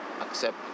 accept